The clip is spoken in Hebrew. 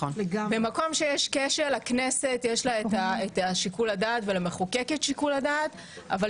במקום שיש כשל יש לכנסת שיקול דעת ולמחוקק יש שיקול דעת